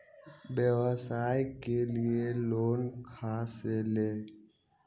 व्यवसाय के लिये लोन खा से ले?